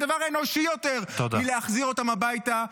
אין דבר אנושי יותר מלהחזיר אותם הביתה.